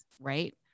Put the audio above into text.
right